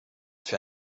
für